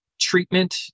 treatment